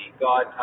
God